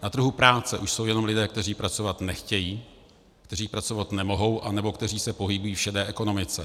Na trhu práce už jsou jenom lidé, kteří pracovat nechtějí, kteří pracovat nemohou, anebo kteří se pohybují v šedé ekonomice.